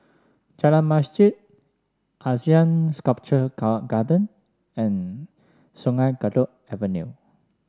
Jalan Masjid Asean Sculpture Garden and Sungei Kadut Avenue